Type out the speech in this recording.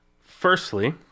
firstly